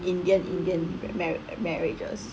indian indian marriages